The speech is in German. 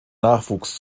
nachwuchs